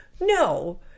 no